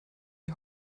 die